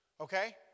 okay